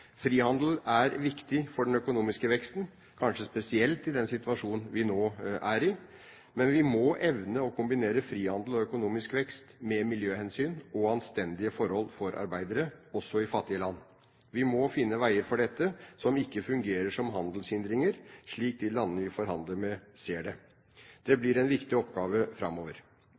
Frihandel er viktig for den økonomiske veksten, kanskje spesielt i den situasjonen vi nå er i, men vi må evne å kombinere frihandel og økonomisk vekst med miljøhensyn og anstendige forhold for arbeidere, også i fattige land. Vi må finne veier for dette som ikke fungerer som handelshindringer, slik de landene vi forhandler med, ser det. Det blir en viktig oppgave framover.